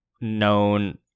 known